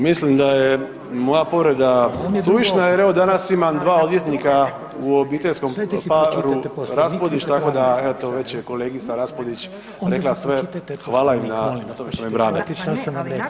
Mislim da je moja povreda suvišna jer evo danas imam dva odvjetnika u obiteljskom paru RAspudić, tako da eto već je kolegica Raspudić rekla sve, hvala im na tome što me brane.